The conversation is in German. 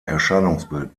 erscheinungsbild